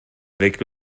avec